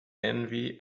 envy